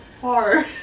hard